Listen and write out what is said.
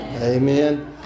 amen